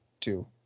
two